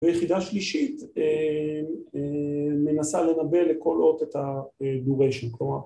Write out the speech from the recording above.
‫ויחידה שלישית מנסה לנבא ‫לכל אות את משכה, כלומר...